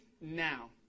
now